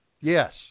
Yes